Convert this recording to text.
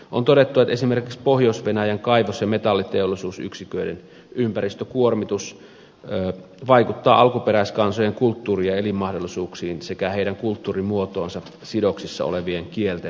on todettu että esimerkiksi pohjois venäjän kaivos ja metalliteollisuusyksiköiden ympäristökuormitus vaikuttaa alkuperäiskansojen kulttuuriin ja elinmahdollisuuksiin sekä heidän kulttuurimuotoonsa sidoksissa olevien kielten säilymiseen